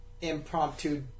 impromptu